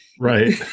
Right